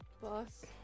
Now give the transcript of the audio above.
boss